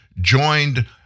joined